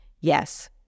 Yes